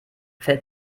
fällt